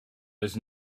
was